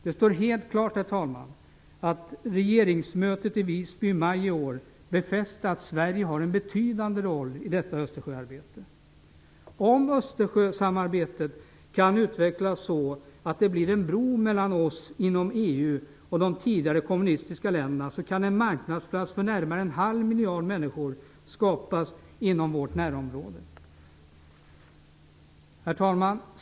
Det står helt klart, herr talman, att regeringsmötet i Visby i maj i år befäste att Sverige har en betydande roll i detta Östersjöarbete. Om Östersjösamarbetet kan utvecklas så att det blir en bro mellan oss inom EU och de tidigare kommunistiska länderna kan en marknadsplats för närmare en halv miljard människor skapas inom vårt närområde. Herr talman!